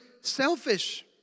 selfish